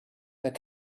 their